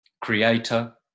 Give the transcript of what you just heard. creator